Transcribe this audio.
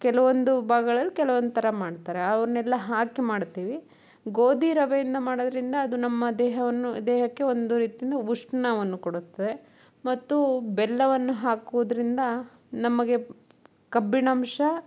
ಕೆಲವೊಂದು ಭಾಗಗಳಲ್ಲಿ ಕೆಲವೊಂದು ಥರ ಮಾಡ್ತಾರೆ ಅವನ್ನೆಲ್ಲ ಹಾಕಿ ಮಾಡುತ್ತೇವೆ ಗೋಧಿ ರವೆಯಿಂದ ಮಾಡೋದರಿಂದ ಅದು ನಮ್ಮ ದೇಹವನ್ನು ದೇಹಕ್ಕೆ ಒಂದು ರೀತಿಯಿಂದ ಉಷ್ಣವನ್ನು ಕೊಡುತ್ತೆ ಮತ್ತು ಬೆಲ್ಲವನ್ನು ಹಾಕೋದ್ರಿಂದ ನಮಗೆ ಕಬ್ಬಿಣಾಂಶ